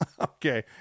Okay